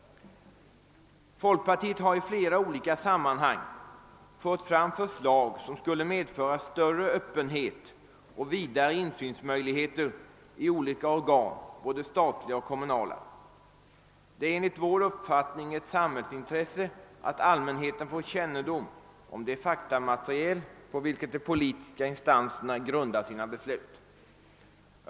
Folkpartiet har i flera olika sammanhang fört fram förslag, som skulle medföra större öppenhet och vidare insynsmöjligheter i olika organ på både det statliga och det kommunala området. Det är enligt vår uppfattning ett samhällsintresse att allmänheten får kännedom om det faktamaterial på vilket de politiska instanserna grundar sina beslut.